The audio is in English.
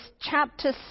chapter